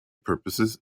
purposes